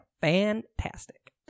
fantastic